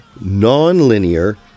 non-linear